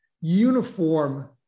uniform